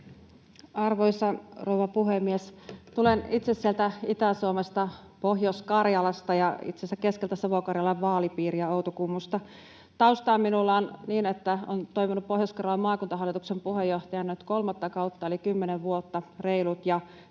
Arvoisa rouva puhemies! Tulen itse sieltä Itä-Suomesta Pohjois-Karjalasta ja itse asiassa keskeltä Savo-Karjalan vaalipiiriä Outokummusta. Taustaa minulla on niin, että olen toiminut Pohjois-Karjalan maakuntahallituksen puheenjohtajana nyt kolmatta kautta eli reilut